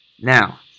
Now